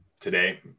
today